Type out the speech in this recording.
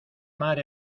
mar